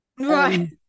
Right